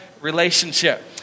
relationship